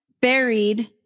buried